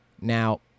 Now